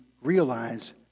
realize